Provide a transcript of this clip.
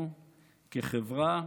גיסא, חובה עלינו כחברה